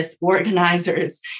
organizers